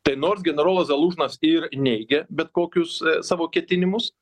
tai nors generolas zalužnas ir neigia bet kokius savo ketinimus